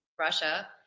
Russia